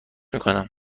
میکنم